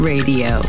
Radio